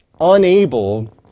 unable